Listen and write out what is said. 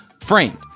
framed